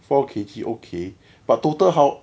four K_G okay but total how